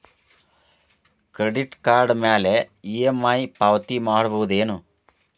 Credit card ಮ್ಯಾಲೆ EMI ಪಾವತಿ ಮಾಡ್ಬಹುದೇನು?